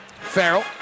Farrell